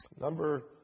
Number